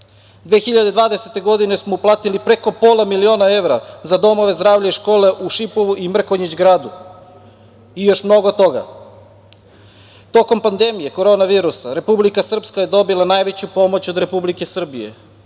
2020 smo uplatili preko pola miliona evra za domove zdravlja i škole u Šipovu i Mrkonjić gradu, i još mnogo toga. Tokom pandemije korona virusa Republika Srpska je dobila najveću pomoć od Republike Srbije,